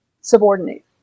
subordinate